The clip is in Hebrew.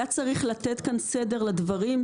היה צריך לתת כאן סדר לדברים,